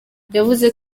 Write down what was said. yavuze